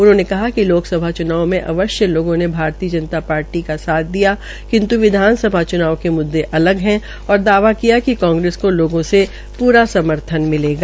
उन्होंने कहा कि लोकसभा च्नाव में अवश्य लोगों ने भारतीय जनता पार्टी का साथ दिया किन्त् विधानसभा च्नाव के मुद्दे अलग है और दावा किया कि कांग्रेस को लोगों से प्रारा समर्थन मिलेगा